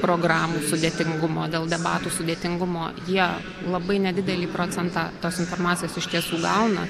programų sudėtingumo dėl debatų sudėtingumo jie labai nedidelį procentą tos informacijos iš tiesų sugauna